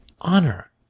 honor